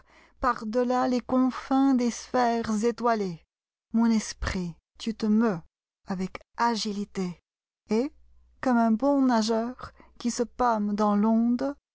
par delà les confins des sphères étoilées mon esprit tu te meus avec agilité et comme un bon nageur qui se pâme dans tonde